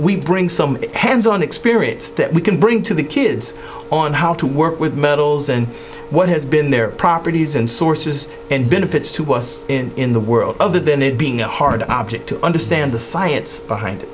we bring some hands on experience that we can bring to the kids on how to work with metals and what has been their properties and sources and benefits to us in the world other than it being a hard object to understand the science behind it